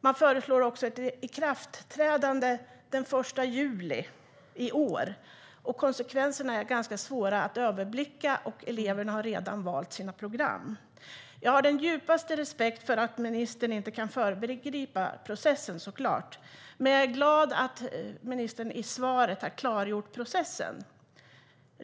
Man föreslår också ett ikraftträdande den 1 juli i år. Konsekvenserna är ganska svåra att överblicka, och eleverna har redan valt program. Jag har såklart den djupaste respekt för att ministern inte kan föregripa processen, men jag är glad att ministern i svaret har klargjort processen.